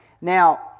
Now